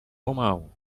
pomału